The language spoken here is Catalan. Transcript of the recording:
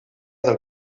del